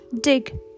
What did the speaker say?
dig